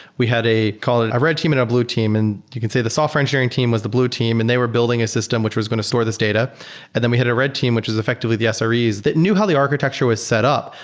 we had a call it a red team and a blue team and you can say the software engineering team was the blue team and they were building a system which was going to store this data and then we had a red team which is effectively the sres that knew how the architecture was set up,